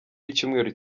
w’icyumweru